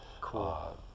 Cool